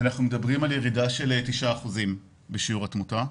אנחנו מדברים על ירידה של 9% בשיעור התמותה,